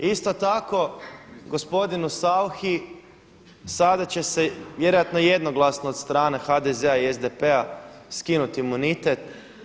Isto tako gospodinu Sauchi sada će se vjerojatno jednoglasno od strane HDZ-a i SDP-a skinuti imunitet.